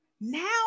Now